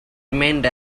remained